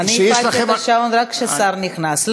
אני הפעלתי את השעון רק כששר נכנס.